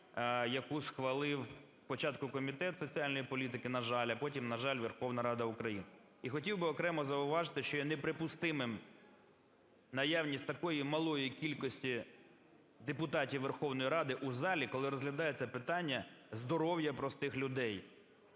яку схвалив спочатку Комітет соціальної політики, на жаль, а потім, на жаль, Верховна Рада України. І хотів би окремо зауважити, що є неприпустимим наявність такої малої кількості депутатів Верховної Ради в залі, коли розглядається питання здоров'я простих людей.